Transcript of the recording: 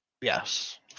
yes